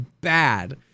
bad